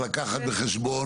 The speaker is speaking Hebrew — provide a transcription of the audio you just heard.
צריך לקחת בחשבון